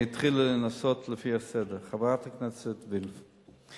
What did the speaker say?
אנסה לפי הסדר: חברת הכנסת וילף,